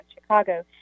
Chicago